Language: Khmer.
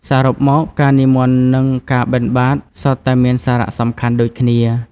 សរុបមក ការនិមន្តនឹងការបិណ្ឌបាតសុទ្ធតែមានសារៈសំខាន់ដូចគ្នា។